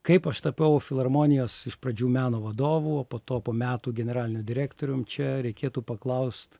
kaip aš tapau filharmonijos iš pradžių meno vadovu o po to po metų generaliniu direktorium čia reikėtų paklaust